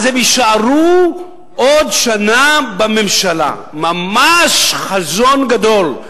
אז הם יישארו עוד שנה בממשלה, ממש חזון גדול.